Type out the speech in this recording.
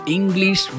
English